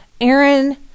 Aaron